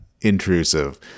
intrusive